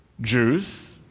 Jews